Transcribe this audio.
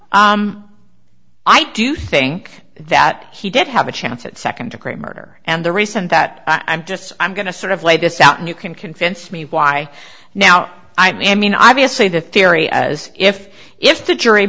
i do think that he did have a chance at second degree murder and the recent that i'm just i'm going to sort of lay this out and you can convince me why now i mean obviously the theory as if if the jury